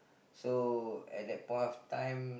so at the point of time